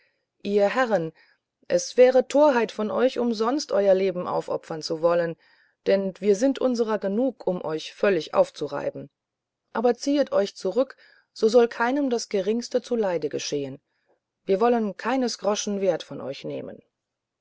ihr herren es wäre torheit von euch umsonst euer leben aufopfern zu wollen denn wir sind unserer genug um euch völlig aufzureiben aber ziehet euch zurück es soll keinem das geringste zuleide geschehen wir wollen keines groschen wert von euch nehmen